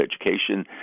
education